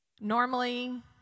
normally